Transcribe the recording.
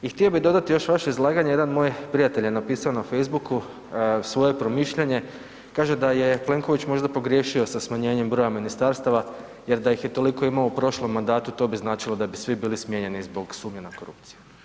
I htio bih dodati još u vaše izlaganje jedan moj prijatelj je napisao u facebooku svoje promišljanje kaže da je Plenković možda pogriješio sa smanjenjem broj ministarstava jer da ih je toliko imao u prošlom mandatu to bi značilo da bi svi bili smijenjeni zbog sumnje na korupciju.